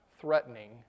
threatening